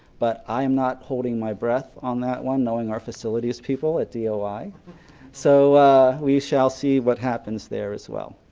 but i'm not holding my breath on that one knowing our facilities people at doi. so we shall see what happens there as well.